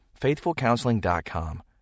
FaithfulCounseling.com